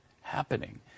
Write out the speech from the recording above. happening